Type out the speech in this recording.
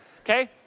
okay